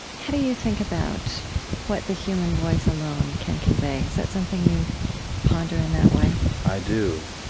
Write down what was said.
how do you think about what the human voice alone can convey? is that something you ponder in that way? i do.